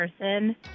person